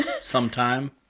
sometime